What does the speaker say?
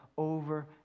over